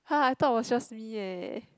[huh] I thought was just me eh